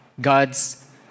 God's